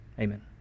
Amen